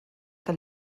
que